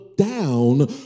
down